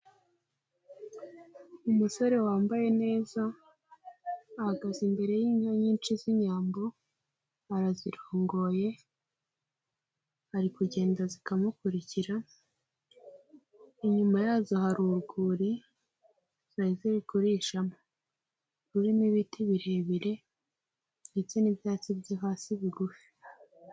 Umusore wambaye neza ahagaze imbere y'inka nyinshi z'inyambo arazirongoye ari kugenda zikamukurikira; inyuma yazo hari urwuri zari ziri kurishamo; rurimo ibiti birebire ndetse n'ibyatsi byo hasi bigufi.